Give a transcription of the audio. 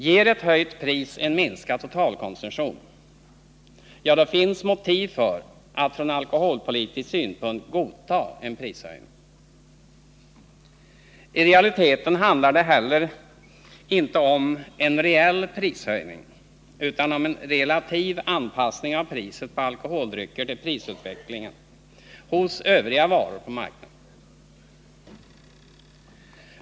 Ger ett höjt pris en minskad totalkonsumtion, ja, då finns motiv för att från alkoholpolitisk synpunkt godta en prishöjning. I realiteten handlar det inte heller om en real prishöjning utan om en relativ anpassning av priset på alkoholdrycker till utvecklingen av priserna på övriga varor på marknaden.